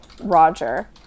Roger